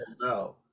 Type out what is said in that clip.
No